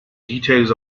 details